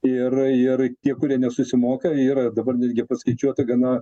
ir ir tie kurie nesusimoka yra dabar netgi paskaičiuoti gana